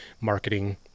marketing